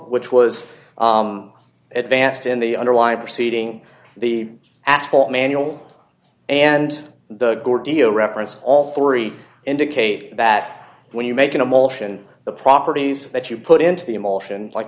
which was advanced in the underlying proceeding the asphalt manual and the gore deal reference all three indicate that when you make an emulsion the properties that you put into the emulsion like